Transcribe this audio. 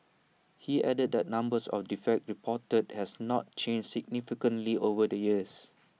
he added that numbers of defects reported has not changed significantly over the years